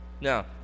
Now